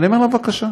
אני אומר לה: בבקשה.